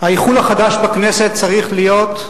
האיחול החדש בכנסת צריך להיות,